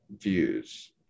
views